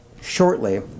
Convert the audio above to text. shortly